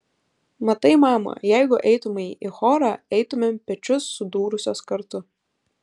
matai mama jeigu eitumei į chorą eitumėm pečius sudūrusios kartu